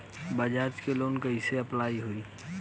बजाज से लोन कईसे अप्लाई होई?